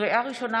לקריאה ראשונה,